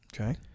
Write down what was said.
Okay